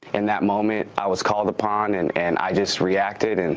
in that moment, i was called upon, and and i just reacted, and,